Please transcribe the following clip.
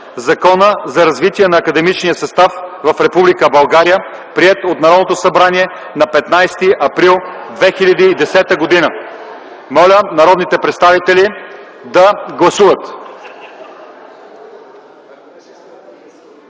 Закона за развитие на академичния състав в Република България, приет от Народното събрание на 15 април 2010 г. Моля народните представители да гласуват.